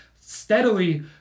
steadily